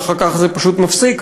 ואחר כך זה פשוט נפסק,